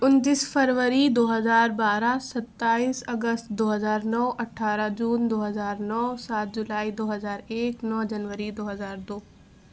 انتیس فروری دو ہزار بارہ ستائیس اگست دو ہزار نو اٹھارہ جون دو ہزار نو سات جولائی دو ہزار ایک نو جنوری دو ہزار دو